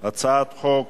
הצעת חוק